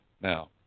Now